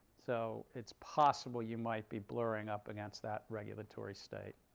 so it's possible you might be blurring up against that regulatory state.